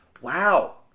Wow